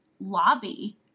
lobby